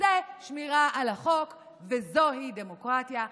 זה שמירה על החוק וזוהי דמוקרטיה.